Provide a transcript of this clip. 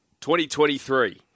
2023